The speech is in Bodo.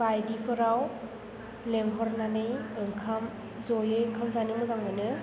बायदिफोराव लेंहरनानै ओंखाम जयै ओंखाम जानो मोजां मोनो